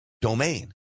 domain